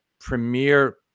premier